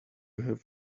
have